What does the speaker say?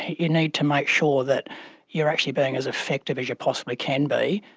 you need to make sure that you're actually being as effective as you possibly can be.